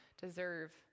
deserve